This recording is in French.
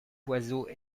oiseau